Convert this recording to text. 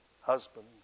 Husband